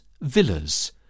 Villas